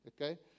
Okay